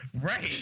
Right